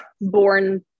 born